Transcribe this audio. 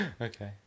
okay